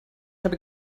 habe